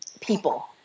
people